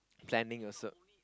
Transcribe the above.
planning also